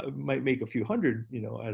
ah might make a few hundred, you know,